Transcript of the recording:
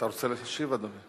אתה רוצה להשיב, אדוני?